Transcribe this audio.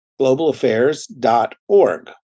globalaffairs.org